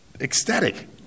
ecstatic